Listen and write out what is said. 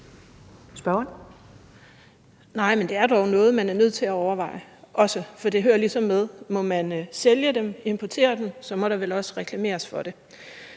(SF): Nej, men det er dog noget, man også er nødt til at overveje, for det hører ligesom med: Må man sælge dem, importere dem, så må der vel også reklameres for det.